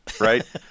right